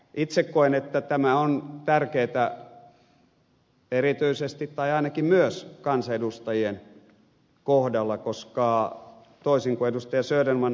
itse koen että tämä on tärkeätä erityisesti tai ainakin myös kansanedustajien kohdalla koska toisin kuin ed